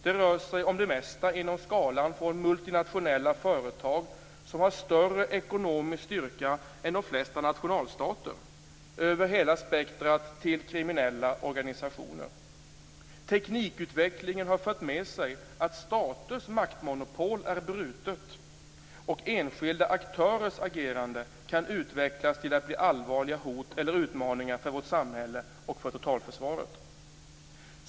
Det rör sig om det mesta inom skalan från multinationella företag med större ekonomisk styrka än de flesta nationalstater över hela spektrumet till kriminella organisationer. Utvecklingen av teknik har fört med sig att staters maktmonopol är brutet och enskilda aktörers agerande kan utvecklas till att bli allvarliga hot eller utmaningar för vårt samhälle och totalförsvaret.